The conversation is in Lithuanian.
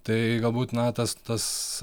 tai galbūt na tas tas